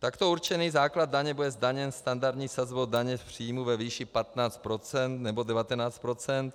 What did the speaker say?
Takto určený základ daně bude zdaněn standardní sazbou daně z příjmu ve výši 15 % nebo 19 %